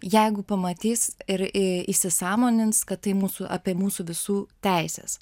jeigu pamatys ir įsisąmonins kad tai mūsų apie mūsų visų teises